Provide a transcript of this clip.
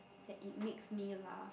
that it makes me laugh